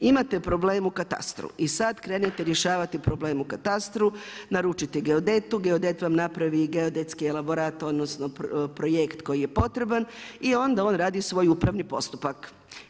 Imate problem u katastru i sada krenete rješavati problem u katastru, naručite geodetu, geodet vam napravi geodetski elaborat, odnosno projekt koji je potreban i onda on radi svoj upravni postupak.